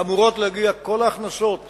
אמורות להגיע כל ההכנסות